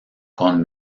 con